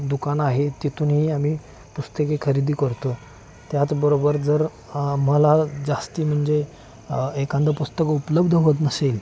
दुकान आहे तिथूनही आम्ही पुस्तके खरेदी करतो त्याचबरोबर जर मला जास्ती म्हणजे एखादं पुस्तक उपलब्ध होत नसेल